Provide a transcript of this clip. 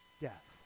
death